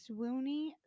swoony